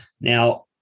Now